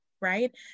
right